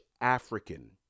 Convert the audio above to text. African